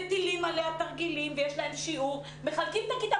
כי מטילים עליה תרגילים ויש להם שיעור ומחלקים את הכיתה.